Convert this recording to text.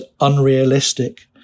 unrealistic